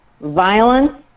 Violence